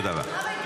תודה רבה.